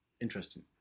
interesting